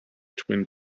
twin